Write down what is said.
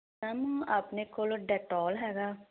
ma'am ਆਪਣੇ ਕੋਲ Dettol ਹੈਗਾ